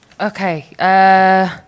Okay